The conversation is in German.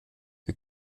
wir